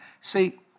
see